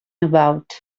about